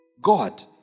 God